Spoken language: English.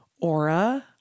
aura